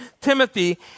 Timothy